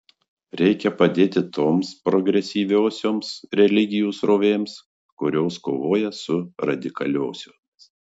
reikia padėti toms progresyviosioms religijų srovėms kurios kovoja su radikaliosiomis